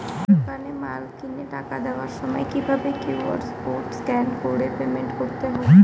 দোকানে মাল কিনে টাকা দেওয়ার সময় কিভাবে কিউ.আর কোড স্ক্যান করে পেমেন্ট করতে হয়?